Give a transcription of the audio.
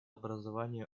образования